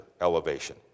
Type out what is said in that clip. elevation